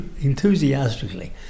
enthusiastically